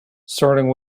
starting